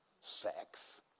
sex